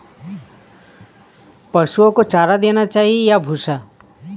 पशुओं को चारा देना चाहिए या भूसा?